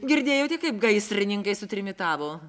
girdėjote kaip gaisrininkai sutrimitavo